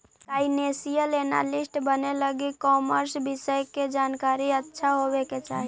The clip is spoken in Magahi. फाइनेंशियल एनालिस्ट बने लगी कॉमर्स विषय के जानकारी अच्छा होवे के चाही